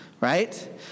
right